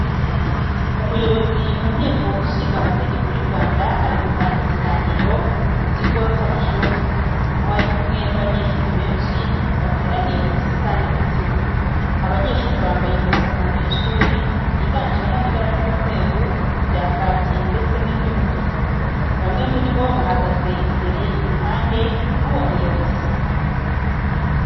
Umuyobozi mu nteko ishingamategeko y'u Rwanda, ari gutanga ikiganiro mu kigo cy'amashuri, aho ari kumwe n'abanyeshuri benshi bateraniye mu busitani bw'ikigo. Abanyeshuri bambaye impuzankano y’ishuri yiganjemo ibara ry'umweru, irya kaki ndetse n'umutuku, bamwe muri bo bahagaze imbere iruhande rw'uwo muyobozi.